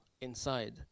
inside